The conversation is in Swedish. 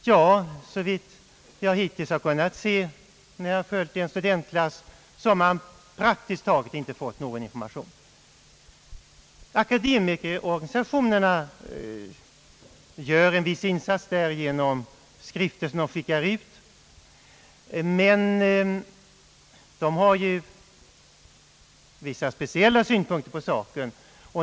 Ja, såvitt jag hittills kunnat se när jag följt en studentklass, så har man praktiskt taget inte fått någon information. Akademikerorganisationerna gör en viss insats genom skrifter som de skickar ut, men de har ju vissa speciella synpunkter på saken.